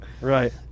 Right